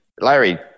Larry